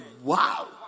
wow